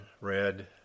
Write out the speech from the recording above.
read